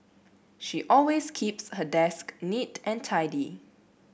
she always keeps her desk neat and tidy